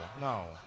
no